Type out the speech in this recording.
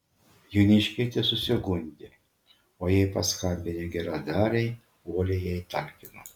joniškietė susigundė o jai paskambinę geradariai uoliai jai talkino